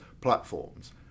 platforms